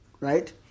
right